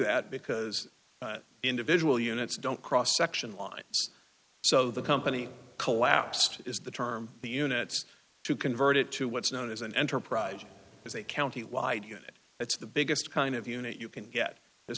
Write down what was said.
that because individual units don't cross section lines so the company collapsed is the term the units to convert it to what's known as an enterprise is a county wide unit it's the biggest kind of unit you can get there's